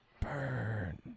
Burn